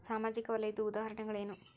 ಸಾಮಾಜಿಕ ವಲಯದ್ದು ಉದಾಹರಣೆಗಳೇನು?